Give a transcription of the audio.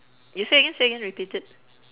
you say again say again repeat it